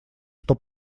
что